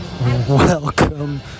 Welcome